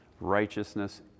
righteousness